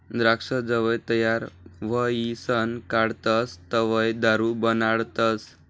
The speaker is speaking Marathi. द्राक्ष जवंय तयार व्हयीसन काढतस तवंय दारू बनाडतस